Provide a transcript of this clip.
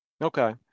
Okay